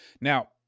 Now